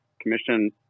commission